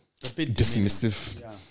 dismissive